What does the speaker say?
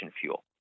fuel